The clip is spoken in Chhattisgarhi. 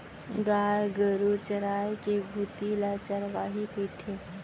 गाय गरू चराय के भुती ल चरवाही कथें